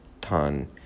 ton